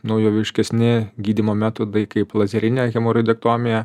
naujoviškesni gydymo metodai kaip lazerinė hemoroidektomija